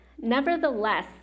Nevertheless